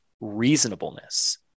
reasonableness